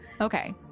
okay